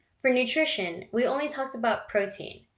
for nutrition, we only talked about protein,